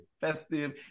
festive